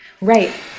right